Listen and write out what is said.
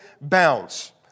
bounds